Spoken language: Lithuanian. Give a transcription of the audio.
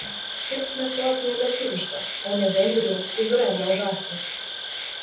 kepkime krosnyje lietuvišką o ne vengrijos izraelio žąsį